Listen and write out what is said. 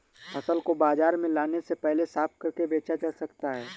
फसल को बाजार में लाने से पहले साफ करके बेचा जा सकता है?